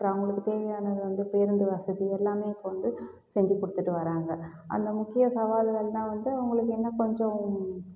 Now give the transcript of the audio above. அப்புறம் அவங்களுக்குத் தேவையானது வந்து பேருந்து வசதி எல்லாமே இப்போ வந்து செஞ்சுக் கொடுத்துட்டு வராங்க அந்த முக்கிய சவால்கள்லாம் வந்து அவங்களுக்கு என்ன கொஞ்சம்